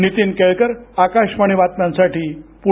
नीतीन केळकर आकाशवाणी बातम्यांसाठी पुणे